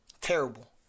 Terrible